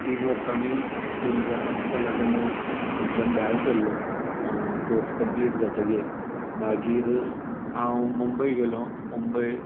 तीन वर्सांनी दोन हजार अकरा सालाच्यान हांव थंयच्यान भायर सरलों कोर्स कंम्प्लिट जातगीर हांव मुंबय गेलो मुंबय